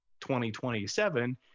2027